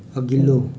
अघिल्लो